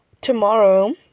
Tomorrow